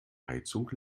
heizung